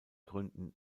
gründen